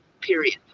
Period